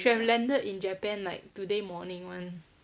should have landed in japan like today morning [one]